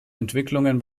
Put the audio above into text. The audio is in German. entwicklungen